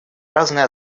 разные